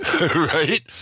Right